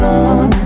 on